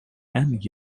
and